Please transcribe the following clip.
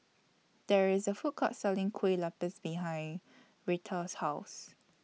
There IS A Food Court Selling Kueh Lapis behind Retha's House